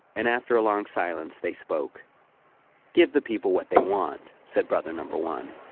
and after a long silence, they spoke give the people what they want, said brother number one,